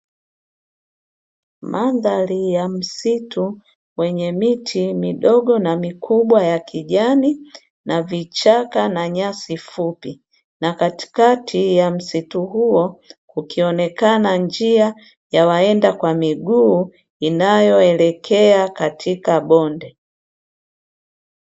Mandhari ya msitu wenye miti midogo na mikubwa ya kijani na vichaka na nyasi fupi, na katikati ya msitu huo kukionekana njia ya waenda kwa miguu inayoelekea katika bonde.